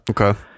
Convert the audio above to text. Okay